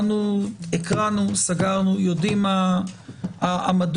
הקראנו, סגרנו, אנחנו יודעים מה העמדות.